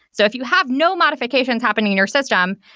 so if you have no modifications happening in your system,